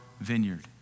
vineyard